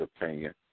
opinion